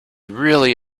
really